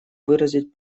выразить